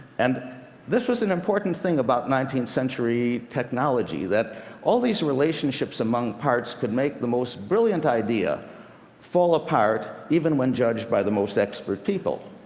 and this was an important thing about nineteenth century technology, that all these relationships among parts could make the most brilliant idea fall apart, even when judged by the most expert people.